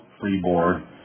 freeboard